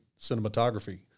cinematography